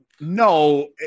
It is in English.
no